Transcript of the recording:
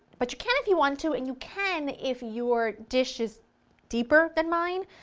but you can if you want to, and you can if your dish is deeper than mine,